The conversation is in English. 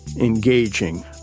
engaging